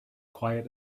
quiet